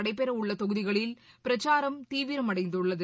நடைபெற உள்ள தொகுதிகளில் பிரச்சாரம் தீவரிம் அடை நட்துள்ளது